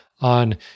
on